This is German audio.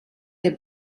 der